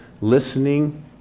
Listening